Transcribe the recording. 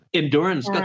endurance